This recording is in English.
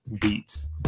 beats